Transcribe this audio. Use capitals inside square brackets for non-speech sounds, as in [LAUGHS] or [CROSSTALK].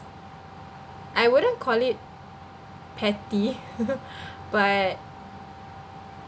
I wouldn't call it petty [LAUGHS] but